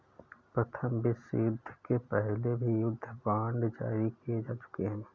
प्रथम विश्वयुद्ध के पहले भी युद्ध बांड जारी किए जा चुके हैं